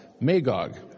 Magog